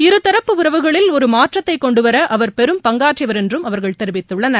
இருதரப்பு உறவுகளில் ஒரு மாற்றத்தை கொண்டுவர அவர் பெரும் பங்காற்றியவர் என்றும் அவர்கள் தெரிவித்துள்ளனர்